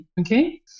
Okay